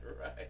Right